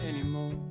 anymore